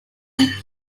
fish